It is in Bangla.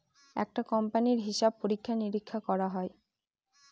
একটা কোম্পানির হিসাব পরীক্ষা নিরীক্ষা করা হয়